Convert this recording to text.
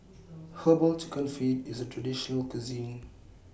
Herbal Chicken Feet IS A Traditional Cuisine